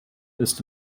ist